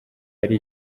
yari